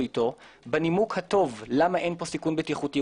איתו בנימוק הטוב למה אין פה סיכון בטיחותי.